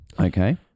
Okay